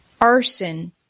arson